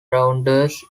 rounders